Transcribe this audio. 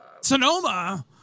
Sonoma